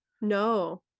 No